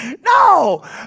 No